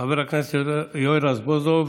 חבר הכנסת יואל רזבוזוב,